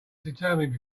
determined